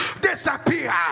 disappear